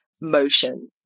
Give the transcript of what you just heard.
motion